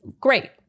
great